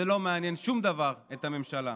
לא מעניין שום דבר את הממשלה.